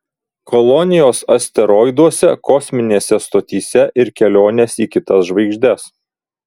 kolonijos asteroiduose kosminėse stotyse ir kelionės į kitas žvaigždes